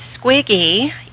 Squiggy